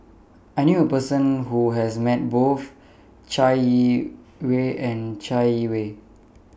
I knew A Person Who has Met Both Chai Yee Wei and Chai Yee Wei